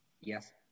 Yes